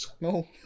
No